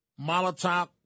Molotov